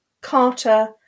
Carter